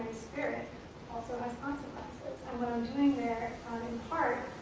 spirit also has consequences, and what i'm doing there, in part,